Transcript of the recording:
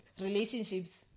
relationships